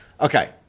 okay